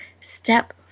step